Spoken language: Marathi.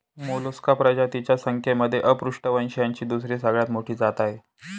मोलस्का प्रजातींच्या संख्येमध्ये अपृष्ठवंशीयांची दुसरी सगळ्यात मोठी जात आहे